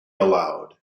allowed